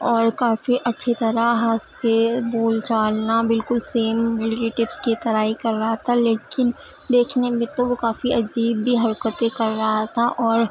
اور کافی اچھی طرح ہنس کے بول چالنا بالکل سیم رلیٹیوس کی طرح ہی کر رہا تھا لیکن دیکھنے میں تو وہ کافی عجیب بھی حرکتیں کر رہا تھا اور